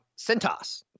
Centos